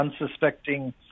unsuspecting